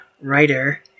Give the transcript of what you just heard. writer